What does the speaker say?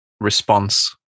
response